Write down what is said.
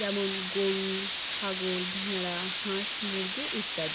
যেমন গরু ছাগল ভেড়া হাঁস মুরগি ইত্যাদি